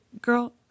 girl